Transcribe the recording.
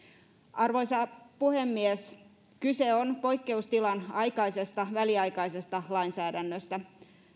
arvoisa puhemies kyse on poikkeustilan aikaisesta väliaikaisesta lainsäädännöstä